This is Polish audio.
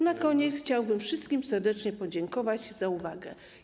Na koniec chciałbym wszystkim serdecznie podziękować za uwagę˝